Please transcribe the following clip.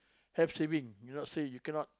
have saving you not say you cannot